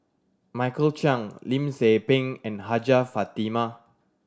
Michael Chiang Lim Tze Peng and Hajjah Fatimah